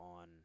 on